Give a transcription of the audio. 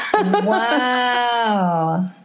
Wow